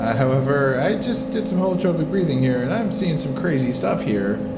ah however, i just did some holotropic breathing here, and i'm seeing some crazy stuff here.